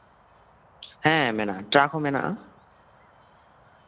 ᱦᱮᱸ ᱢᱮᱱᱟᱜᱼᱟ ᱴᱨᱟᱠ ᱦᱚᱸ ᱢᱮᱱᱟᱜᱼᱟ